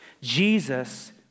Jesus